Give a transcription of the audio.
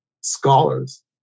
scholars